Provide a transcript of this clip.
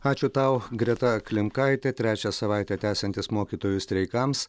ačiū tau greta klimkaitė trečią savaitę tęsiantis mokytojų streikams